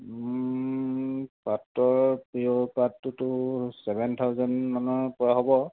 পাটৰ পিঅ'ৰ পাটটোতো ছেভেন থাউজেণ্ড মানৰ পৰা হ'ব